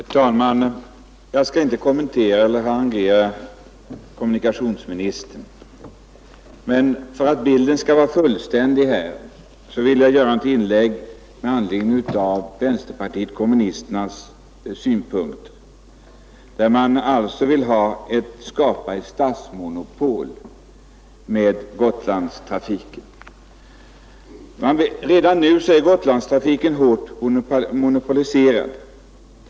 Fru talman! Jag skall inte kommentera eller harangera kommunikationsministern, men för att bilden skall bli fullständig vill jag göra ett inlägg med anledning av vänsterpartiet kommunisternas synpunkt, som innebär att man vill skapa ett statsmonopol på Gotlandstrafiken. Redan nu är Gotlandstrafiken hårt monopoliserad.